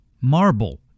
marble